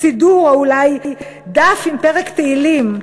סידור או אולי דף עם פרק תהילים.